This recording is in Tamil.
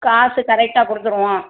காசு கரெக்டாக கொடுத்துருவோம்